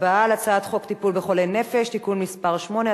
הצבעה על הצעת חוק טיפול בחולי נפש (תיקון מס' 8),